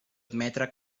admetre